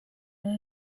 and